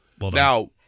Now